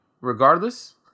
regardless